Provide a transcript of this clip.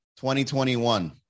2021